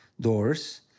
doors